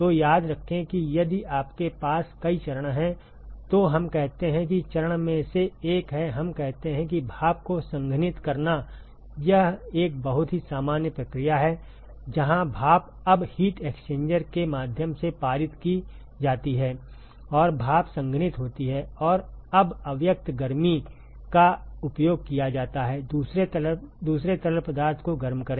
तो याद रखें कि यदि आपके पास कई चरण हैं तो हम कहते हैं कि चरण में से एक है हम कहते हैं कि भाप को संघनित करना यह एक बहुत ही सामान्य प्रक्रिया है जहाँ भाप अब हीट एक्सचेंजर के माध्यम से पारित की जाती है और भाप संघनित होती है और अब अव्यक्त गर्मी का उपयोग किया जाता है दूसरे तरल पदार्थ को गर्म करें